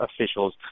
officials